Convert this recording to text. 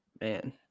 Man